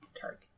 target